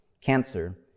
cancer